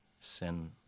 sin